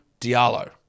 Diallo